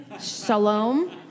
Shalom